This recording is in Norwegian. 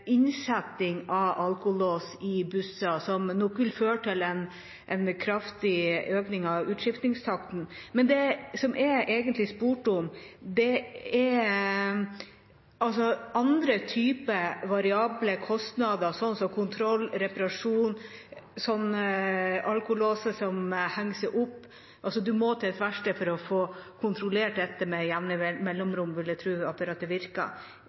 innsetting av alkolås i busser, som nok vil føre til en kraftig økning av utskiftningstakten. Men det som jeg egentlig spurte om, var andre typer variable kostnader, slik som kontroll, reparasjon, alkolåser som henger seg opp – en må jo til et verksted for å få kontrollert dette med jevne mellomrom, vil jeg tro, slik at apparatet virker.